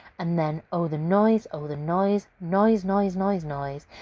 and then! oh, the noise! oh, the noise! noise! noise noise! noise!